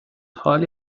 حالی